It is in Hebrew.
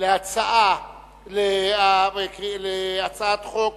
להצבעה את הצעת חוק